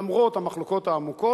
למרות המחלוקות העמוקות,